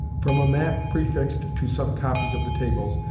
from a map prefixed to some copies of the tables,